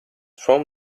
from